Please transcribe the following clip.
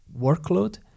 workload